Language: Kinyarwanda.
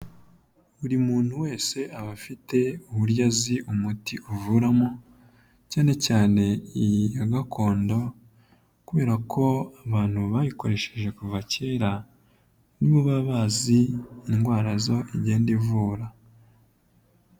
Buri muntu wese aba afite uburyo azi umuti uvuramo cyane cyane iyi ya gakondo kubera ko abantu bayikoresheje kuva kera ni bo baba bazi indwara zo igenda ivura.